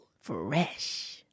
Fresh